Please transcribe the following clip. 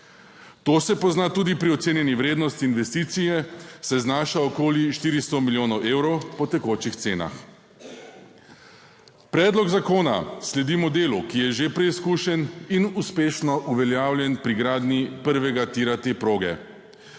To se pozna tudi pri ocenjeni vrednosti investicije, saj znaša okoli 400 milijonov evrov po tekočih cenah. Predlog zakona sledi modelu, ki je že preizkušen in uspešno uveljavljen pri gradnji prvega tira te proge.